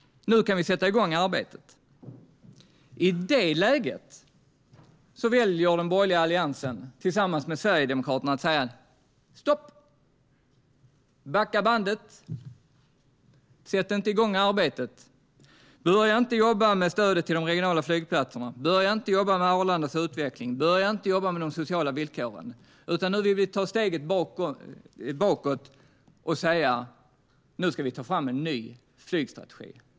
Nu kan vi sätta igång arbetet. I det läget väljer den borgerliga alliansen tillsammans med Sverigedemokraterna att säga: Stopp, backa bandet! Sätt inte igång arbetet. Börja inte jobba med stödet till de regionala flygplatserna. Börja inte jobba med Arlandas utveckling. Börja inte jobba med de sociala villkoren. Vi vill ta steget bakåt och säga: Nu ska vi ta fram en ny flygstrategi.